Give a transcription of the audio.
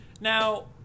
Now